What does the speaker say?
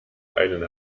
einen